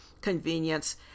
convenience